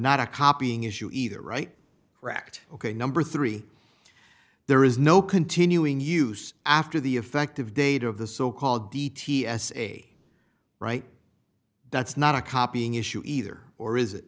not a copying issue either right or act ok number three there is no continuing use after the effective date of the so called d t s a right that's not a copying issue either or is it